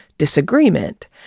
disagreement